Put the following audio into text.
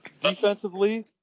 Defensively